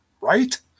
right